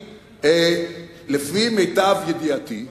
לפי מיטב ידיעתי,